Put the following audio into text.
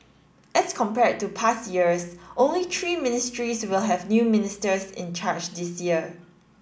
as compared to past years only three ministries will have new ministers in charge this year